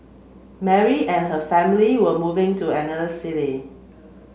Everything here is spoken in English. Mary and her family were moving to another city